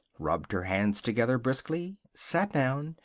rubbed her hands together briskly, sat down,